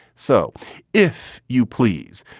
so if you please.